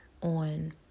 on